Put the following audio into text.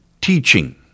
teaching